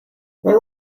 that